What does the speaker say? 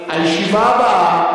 הישיבה הבאה,